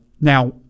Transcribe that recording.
Now